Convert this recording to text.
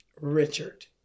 Richard